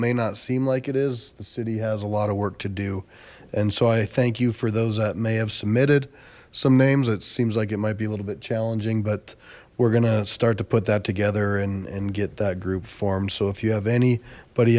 may not seem like it is the city has a lot of work to do and so i thank you for those that may have submitted some names it seems like it might be a little bit challenging but we're gonna start to put that together and get that group formed so if you have any b